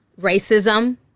Racism